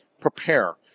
Prepare